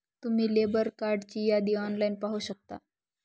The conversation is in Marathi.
तुम्ही लेबर कार्डची यादी ऑनलाइन पाहू शकता